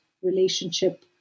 relationship